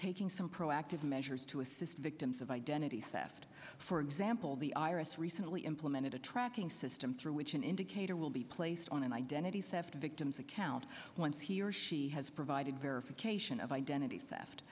taking some proactive measures to assist victims of identity theft for example the iris recently implemented a tracking system through which an indicator will be placed on an identity theft victim's account once he or she has provided verification of identity theft